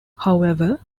however